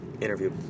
interview